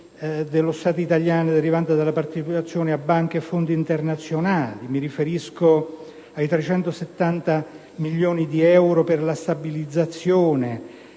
dello Stato italiano derivanti dalla partecipazione a banche e fondi internazionali, ai 370 milioni di euro per la stabilizzazione,